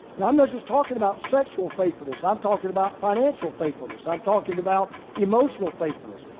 and i'm not just talking about sexual faithfulness. i'm talking about financial faithfulness. i'm talking about emotional faithfulness,